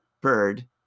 bird